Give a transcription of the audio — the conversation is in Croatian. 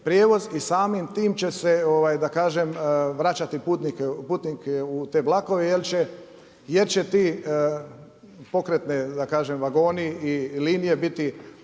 u samim tim će se da kažem vraćati putnike u te vlakove jer će ti pokretni, da kažem vagoni i linije biti